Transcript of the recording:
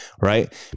Right